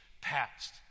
past